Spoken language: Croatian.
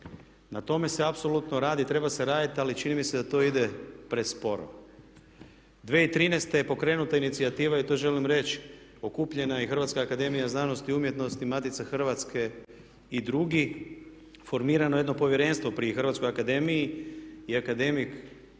Na tome se apsolutno radi i treba se raditi ali čini mi se da to ide presporo. 2013. je pokrenuta inicijativa, i to želim reći, okupljena je Hrvatska akademija znanosti i umjetnosti Matice Hrvatske i drugi, formirano je jedno povjerenstvo pri Hrvatskoj akademiji i akademik Kusić